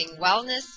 Wellness